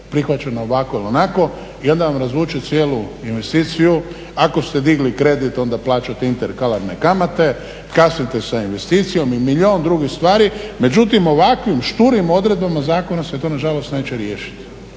prihvaćena ovako ili onako i onda vam razvuče cijelu investiciju. Ako ste digli kredit onda plaćate interkalarne kamate, kasnite sa investicijom i milijun drugih stvari. Međutim, ovakvim šturim odredbama zakona se to na žalost neće riješiti.